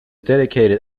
dedicated